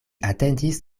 atendis